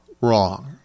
wrong